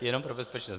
Jenom pro bezpečnost.